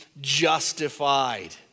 justified